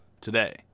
Today